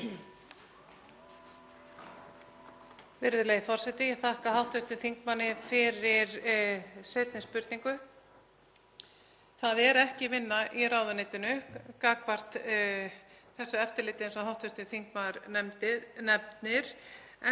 Virðulegi forseti. Ég þakka hv. þingmanni fyrir seinni spurningu. Það er ekki vinna í ráðuneytinu gagnvart þessu eftirliti eins og hv. þingmaður nefnir,